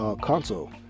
console